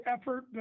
effort